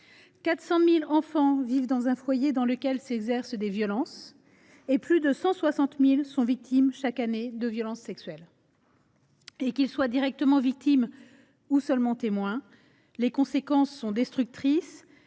400 000 enfants vivent dans un foyer où s’exercent des violences et plus de 160 000 sont victimes chaque année de violences sexuelles. Qu’ils soient directement victimes ou seulement témoins, les conséquences de ces violences